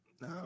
No